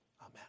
Amen